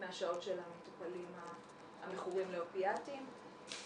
מהשעות של המטופלים המכורים לאופיאטיים.